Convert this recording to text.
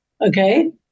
Okay